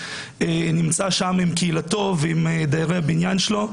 הוא נמצא שם עם קהילתו ועם דיירי הבניין שלו,